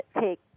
take